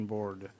Board